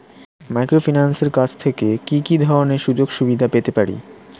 মাইক্রোফিন্যান্সের কাছ থেকে কি কি ধরনের সুযোগসুবিধা পেতে পারি?